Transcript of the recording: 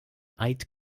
eid